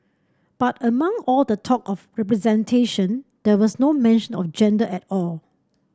but among all the talk of representation there was no mention of gender at all